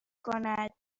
کند